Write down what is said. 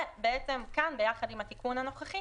ובעצם כאן ביחד עם התיקון הנוכחי